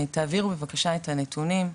תעבירו בבקשה את הנתונים,